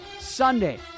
Sunday